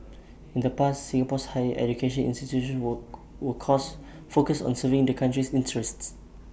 in the past Singapore's higher education institutions were would cause focused on serving the country's interests